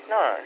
no